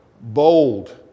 bold